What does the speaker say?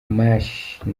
macy